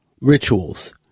rituals